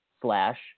slash